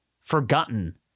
forgotten